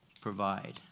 provide